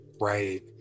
Right